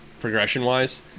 progression-wise